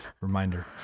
reminder